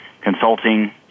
consulting